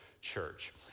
church